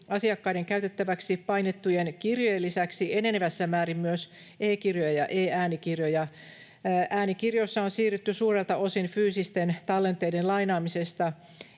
asiakkaiden käytettäväksi painettujen kirjojen lisäksi enenevässä määrin myös e-kirjoja ja e-äänikirjoja. Äänikirjoissa on siirrytty suurelta osin fyysisten tallenteiden lainaamisesta